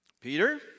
Peter